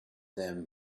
them